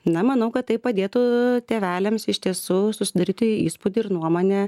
na manau kad tai padėtų tėveliams iš tiesų susidaryti įspūdį ir nuomonę